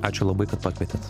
ačiū labai kad pakvietėt